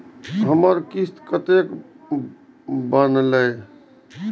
हमर किस्त कतैक बनले?